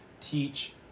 teach